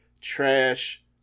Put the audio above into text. trash